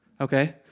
Okay